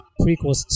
prequels